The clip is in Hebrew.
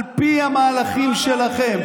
על פי המהלכים שלכם.